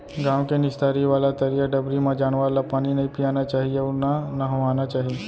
गॉँव के निस्तारी वाला तरिया डबरी म जानवर ल पानी नइ पियाना चाही अउ न नहवाना चाही